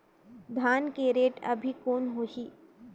धान के रेट अभी कौन होही?